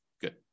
Good